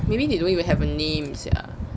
maybe they don't even have a name sia